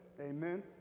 Amen